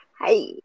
hi